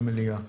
במליאה,